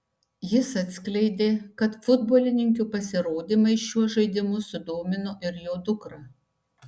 jis atskleidė kad futbolininkių pasirodymai šiuo žaidimu sudomino ir jo dukrą